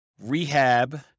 rehab